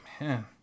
man